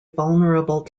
vulnerable